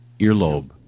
earlobe